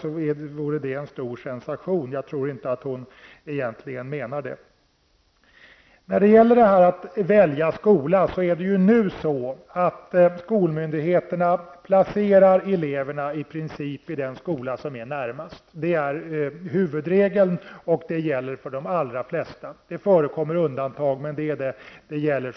Det vore en stor sensation. Jag tror inte att hon egentligen menar det. Nu placerar skolmyndigheterna i princip eleverna i den skola som ligger närmast. Det är huvudregeln, och det gäller för de allra flesta. Det förekommer undantag.